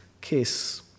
case